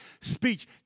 speech